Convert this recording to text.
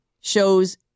shows